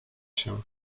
się